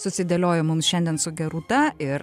susidėliojo mums šiandien su gerūta ir